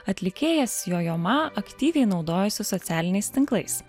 atlikėjas jojo ma aktyviai naudojosi socialiniais tinklais